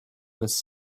was